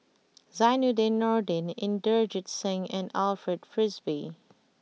Zainudin Nordin Inderjit Singh and Alfred Frisby